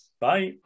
Bye